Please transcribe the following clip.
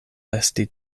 esti